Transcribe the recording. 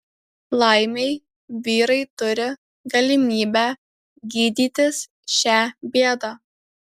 laimei vyrai turi galimybę gydytis šią bėdą